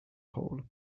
hole